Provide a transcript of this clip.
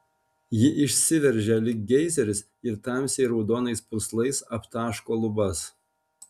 ji išsiveržia lyg geizeris ir tamsiai raudonais purslais aptaško lubas